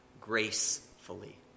gracefully